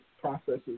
processes